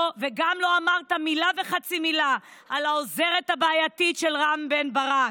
וגם לא אמרת מילה וחצי מילה על העוזרת הבעייתית של רם בן ברק,